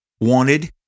wanted